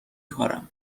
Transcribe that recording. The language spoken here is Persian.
کارم